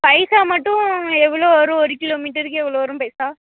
பைசா மட்டும் எவ்வளோ வரும் ஒரு கிலோ மீட்டருக்கு எவ்வளோ வரும் பைசா